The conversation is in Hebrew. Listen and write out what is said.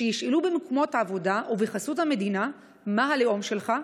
שישאלו במקומות עבודה ובחסות המדינה מה הלאום שלך,